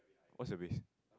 what's the risks